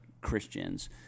Christians